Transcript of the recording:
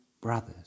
brothers